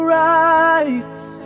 rights